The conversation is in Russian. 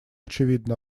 очевидно